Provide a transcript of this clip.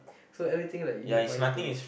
so everything like you need money to